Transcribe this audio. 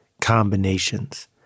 combinations